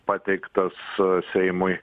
pateiktas seimui